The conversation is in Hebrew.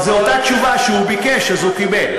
זו התשובה שהוא ביקש, אז הוא קיבל.